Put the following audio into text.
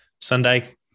Sunday